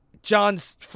John's